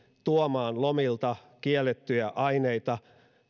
tuomaan lomilta kiellettyjä aineita